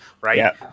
Right